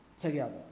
together